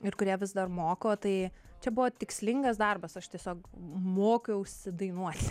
ir kurie vis dar moko tai čia buvo tikslingas darbas aš tiesiog mokiausi dainuot